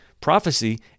Prophecy